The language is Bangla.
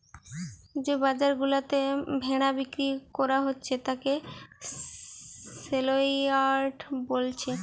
যে বাজার গুলাতে ভেড়া বিক্রি কোরা হচ্ছে তাকে সেলইয়ার্ড বোলছে